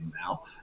now